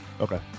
Okay